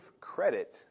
credit